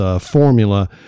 formula